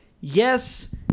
yes